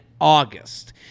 August